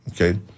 Okay